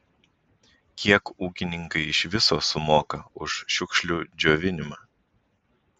kiek ūkininkai iš viso sumoka už šiukšlių džiovinimą